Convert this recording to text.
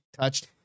touched